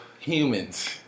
Humans